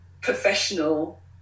professional